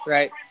Right